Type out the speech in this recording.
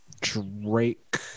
Drake